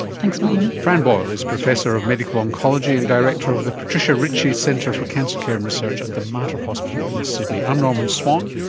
thanks norman. frank boyle is professor of medical oncology and director of the patricia ritchie centre for cancer care and research at the mater hospital in sydney. i'm norman swan,